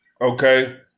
Okay